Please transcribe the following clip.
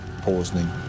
poisoning